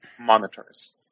monitors